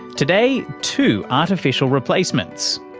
today, two artificial replacements.